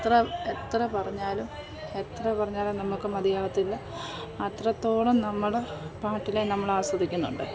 എത്ര എത്ര പറഞ്ഞാലും എത്ര പറഞ്ഞാലും നമ്മൾക്ക് മതിയാവത്തില്ല അത്രത്തോളം നമ്മൾ പാട്ടിലെ നമ്മൾ ആസ്വദിക്കുന്നുണ്ട്